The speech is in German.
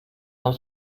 mal